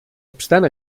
obstant